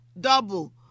double